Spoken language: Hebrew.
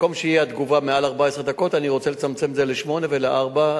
במקום שתהיה מעל 14 דקות אני רוצה לצמצם את זה לשמונה ולארבע,